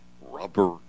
rubber